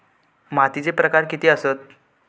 मातीचे प्रकार किती आसत?